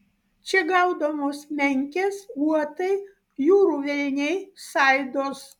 čia gaudomos menkės uotai jūrų velniai saidos